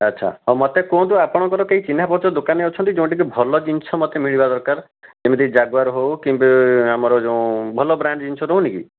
ଆଚ୍ଛା ହଉ ମୋତେ କୁହନ୍ତୁ ଆପଣଙ୍କର କେହି ଚିହ୍ନା ପରିଚୟ ଦୋକାନୀ ଅଛନ୍ତି ଯେଉଁଠି କି ଭଲ ଜିନିଷ ମୋତେ ମିଳିବା ଦରକାର ଯେମିତି ଜାଗୁଆର ହଉ କିମ୍ବା ଆମର ଯେଉଁ ଭଲ ବ୍ରାଣ୍ଡ୍ ଜିନିଷ ରହୁନି କି